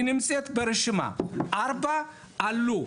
ארבע עלו,